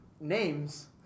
names